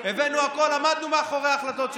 הבאנו הכול, עמדנו מאחורי ההחלטות שלנו,